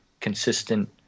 consistent